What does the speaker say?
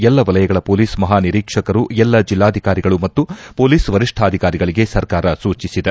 ಎಲ್ಲ ವಲಯಗಳ ಪೊಲೀಸ್ ಮಹಾನಿರೀಕ್ಷಕರು ಎಲ್ಲ ಜಿಲ್ಹಾಧಿಕಾರಿಗಳು ಮತ್ತು ಪೊಲೀಸ್ ವರಿಷ್ಠಾಧಿಕಾರಿಗಳಿಗೆ ಸರ್ಕಾರ ಸೂಚಿಸಿದೆ